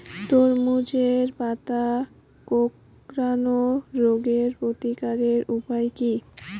তরমুজের পাতা কোঁকড়ানো রোগের প্রতিকারের উপায় কী?